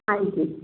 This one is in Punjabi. ਹਾਂਜੀ